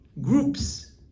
groups